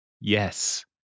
yes